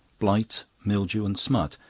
blight, mildew, and smut.